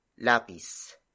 LAPIS